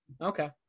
Okay